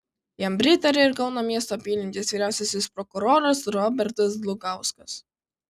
jam pritarė ir kauno miesto apylinkės vyriausiasis prokuroras robertas dlugauskas